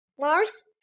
Mars